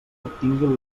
obtingui